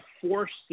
forced